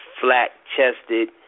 flat-chested